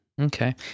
Okay